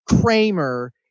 Kramer